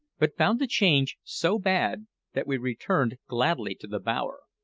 but found the change so bad that we returned gladly to the bower.